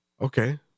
Okay